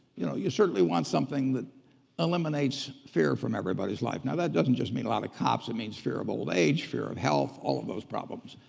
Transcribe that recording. you know you certainly want something that eliminates fear from everybody's life. now that doesn't just mean a lot of cops. it means fear of old age, fear of health, all of those problems.